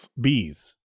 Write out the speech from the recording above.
Bees